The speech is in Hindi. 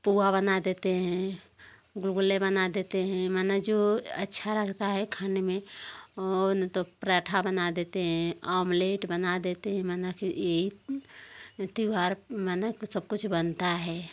पोहा बना देते हैं गुलगुले बना देते हैं माने जो अच्छा लगता है खाने में और ना तो पराठा बना देते हैं ऑमलेट बना देते हैं माने कि यही त्यौहार माने सब कुछ बनता है